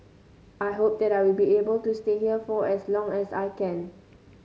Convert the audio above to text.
I hope that I will be able to stay here for as long as I can